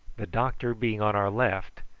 the doctor being on our left,